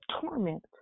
torment